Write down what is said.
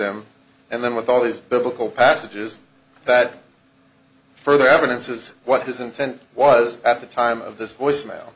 him and then with all these biblical passages that further evidence is what his intent was at the time of this voicemail